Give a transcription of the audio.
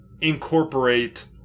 incorporate